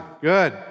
good